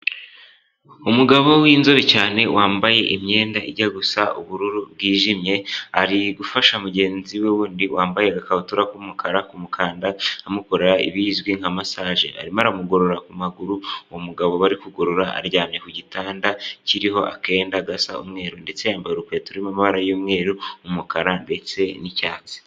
Umugabo w'inzobe cyane wambaye imyenda ijya gusa ubururu bwijimye, ari gufasha mugenzi we wundi wambaye agakabutura k'umukara ku mukanda amukorera ibizwi nka masaje. Arimo aramugorora ku maguru, uwo mugabo bari kugorora aryamye ku gitanda kiriho akenda gasa umweru, ndetse yambaye urukweto rurimo amabara y'umweru, umukara ndetse n'icyatsi.